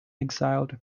exiled